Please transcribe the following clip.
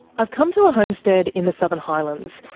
i've come to a homestead in the southern highlands,